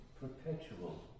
Perpetual